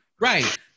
Right